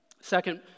Second